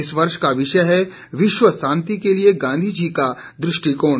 इस वर्ष का विषय है विश्व शांति के लिए गांधी जी का दृष्टिकोण